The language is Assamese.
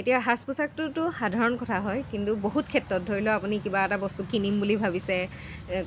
এতিয়া সাজ পোছাকটোতো সাধাৰণ কথা হয় কিন্তু বহুত ক্ষেত্ৰত ধৰি লওক আপুনি কিবা এটা বস্তু কিনিম বুলি ভাবিছে